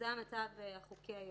זה המצב החוקי היום.